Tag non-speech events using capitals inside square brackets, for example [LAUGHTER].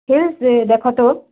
କେଉଁ [UNINTELLIGIBLE] ଦେଖୋ ତ